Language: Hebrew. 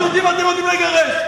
רק יהודים אתם רוצים לגרש.